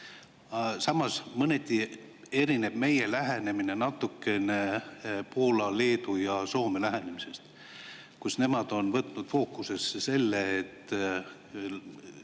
Samas, mõneti erineb meie lähenemine Poola, Leedu ja Soome lähenemisest. Nemad on võtnud fookusesse selle, et